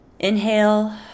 Inhale